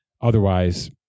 Otherwise